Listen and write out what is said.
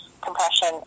compression